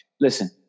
Listen